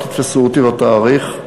אל תתפסו אותי בתאריך,